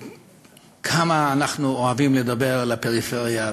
כמה אנחנו אוהבים לדבר על הפריפריה,